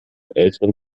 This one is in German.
älteren